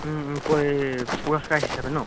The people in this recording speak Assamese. হেৰি পুৰস্কাৰ হিচাপে ন